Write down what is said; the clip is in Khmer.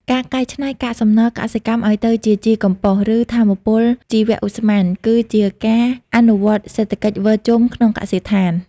ការកែច្នៃកាកសំណល់កសិកម្មឱ្យទៅជាជីកំប៉ុស្ត ឬថាមពលជីវឧស្ម័ន គឺជាការអនុវត្តសេដ្ឋកិច្ចវិលជុំក្នុងកសិដ្ឋាន។